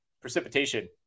precipitation